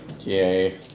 yay